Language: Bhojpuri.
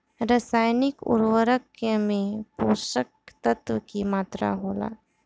रसायनिक उर्वरक में पोषक तत्व की मात्रा होला?